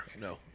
no